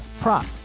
prop